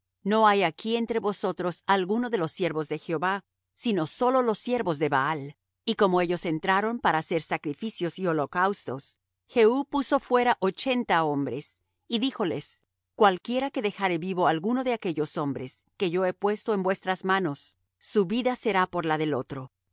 no haya aquí entre vosotros alguno de los siervos de jehová sino solos los siervos de baal y como ellos entraron para hacer sacrificios y holocaustos jehú puso fuera ochenta hombres y díjoles cualquiera que dejare vivo alguno de aquellos hombres que yo he puesto en vuestras manos su vida será por la del otro